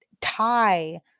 tie